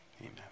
amen